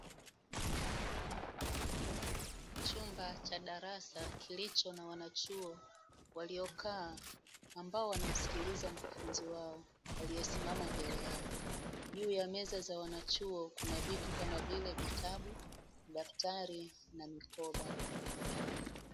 Chumba cha darasa kilicho na wanachuo walio kaa, ambao wanamsikiliaza mkufunzi wao, aliyesimama mbele yao, juu ya meza za wanachuo, kuna vitu kama vile vitabu, daftari, na mikoba.